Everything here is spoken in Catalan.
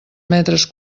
metres